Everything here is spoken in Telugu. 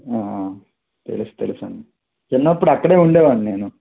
తెలుసు తెలుసు అండి చిన్నప్పుడు అక్కడ ఉండే వాడిని నేను